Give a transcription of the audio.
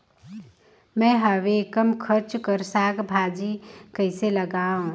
मैं हवे कम खर्च कर साग भाजी कइसे लगाव?